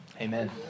amen